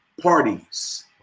parties